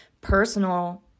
personal